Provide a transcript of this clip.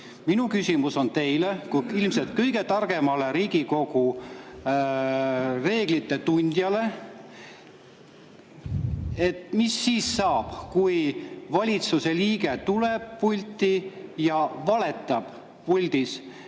Minu küsimus on teile kui ilmselt kõige targemale Riigikogu reeglite tundjale: mis saab siis, kui valitsuse liige tuleb pulti ja valetab puldis?